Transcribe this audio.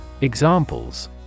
Examples